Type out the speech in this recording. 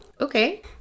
Okay